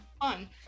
fun